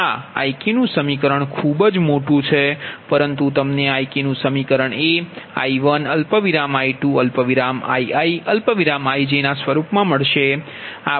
આ Ikનુ સમીકરણ ખુબ મોટું છે પરંતુ તમને Ik નુ સમીકરણ એ I1I2IiIjના સ્વરૂપ મા મળશે